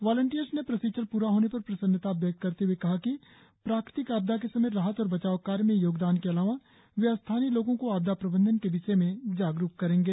volunteers ने प्रशिक्षण प्रा होने पर प्रसन्नता व्यक्त करते हए कहा कि प्राकृतिक आपदा के समय राहत और बचाव कार्य में योगदान के अलावा वे स्थानीय लोगों को आपदा प्रबंधन के विषय में जागरुक करेंगे